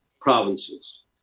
provinces